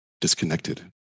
disconnected